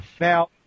Now